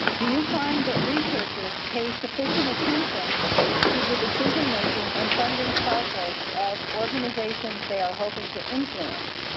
do you find that researchers pay sufficient attention to the decision-making and funding cycles of organizations they are hoping to influence?